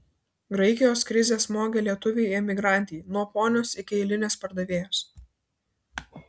graikijos krizė smogė lietuvei emigrantei nuo ponios iki eilinės pardavėjos